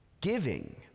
Giving